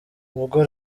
ubwo